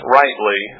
rightly